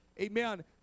Amen